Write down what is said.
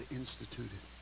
instituted